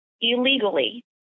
illegally